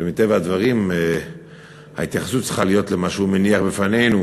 ומטבע הדברים ההתייחסות צריכה להיות למה שהוא מניח בפנינו,